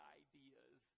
ideas